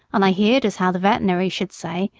and i heerd as how the vetenary should say,